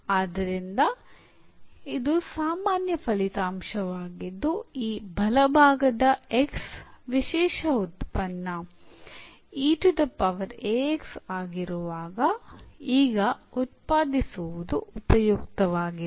ಆದ್ದರಿಂದ ಇದು ಸಾಮಾನ್ಯ ಫಲಿತಾಂಶವಾಗಿದ್ದು ಈ ಬಲಭಾಗದ x ವಿಶೇಷ ಉತ್ಪನ್ನ ಆಗಿರುವಾಗ ಈಗ ಉತ್ಪಾದಿಸುವುದು ಉಪಯುಕ್ತವಾಗಿದೆ